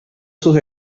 sus